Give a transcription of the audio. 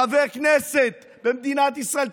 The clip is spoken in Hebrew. חבר כנסת במדינת ישראל,